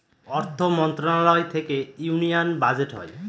অর্থ মন্ত্রণালয় থেকে ইউনিয়ান বাজেট হয়